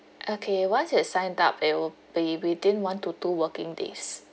okay once you signed up it will be within one to two working days